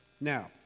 Now